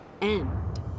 end